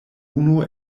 unu